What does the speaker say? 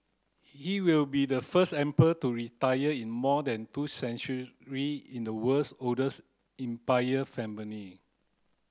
he will be the first emperor to retire in more than two in the world's oldest imperial family